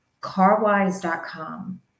Carwise.com